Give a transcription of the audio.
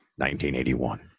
1981